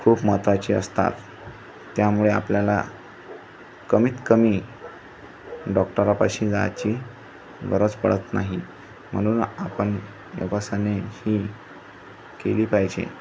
खूप महत्त्वाची असतात त्यामुळे आपल्याला कमीतकमी डॉक्टरापाशी जायाची गरज पडत नाही म्हणून आपण योगासने ही केली पाहिजे